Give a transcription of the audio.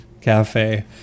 cafe